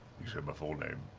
he said my full name.